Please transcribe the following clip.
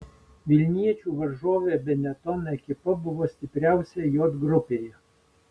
vilniečių varžovė benetton ekipa buvo stipriausia j grupėje